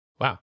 Wow